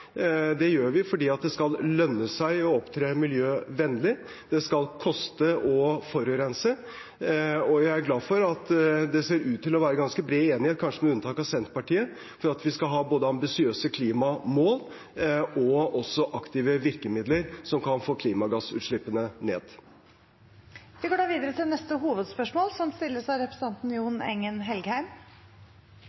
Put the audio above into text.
Det gjør vi fordi det skal lønne seg å opptre miljøvennlig, det skal koste å forurense. Jeg er glad for at det ser ut til å være ganske bred enighet, kanskje med unntak av Senterpartiet, om at vi skal ha både ambisiøse klimamål og aktive virkemidler som kan få klimagassutslippene ned. Vi går videre til neste hovedspørsmål.